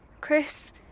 Chris